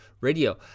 Radio